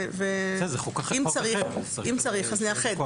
אם צריך, נאחד.